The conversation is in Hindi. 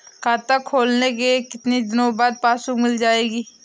खाता खोलने के कितनी दिनो बाद पासबुक मिल जाएगी?